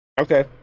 Okay